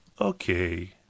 Okay